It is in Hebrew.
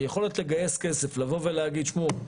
היכולת לגייס כסף לבוא ולהגיד תשמעו,